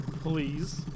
please